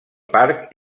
parc